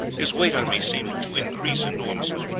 his weight on me seemed to increase enormously,